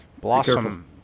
Blossom